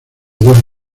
dos